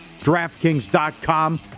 DraftKings.com